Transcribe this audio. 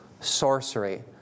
sorcery